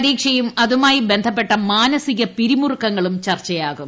പരീക്ഷയും അതുമായി ബന്ധപ്പെട്ട മാനസിക പിരിമുറുക്കങ്ങളും ചർച്ചയാകും